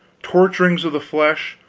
torturings of the flesh,